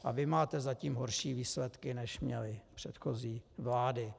A máte zatím horší výsledky, než měly předchozí vlády.